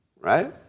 right